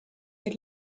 est